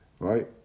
Right